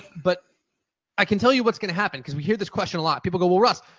but i can tell you what's going to happen because we hear this question a lot. people go, well, russ,